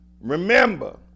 Remember